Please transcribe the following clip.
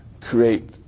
create